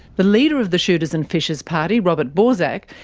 the leader of the shooters and fishers party, robert borsak,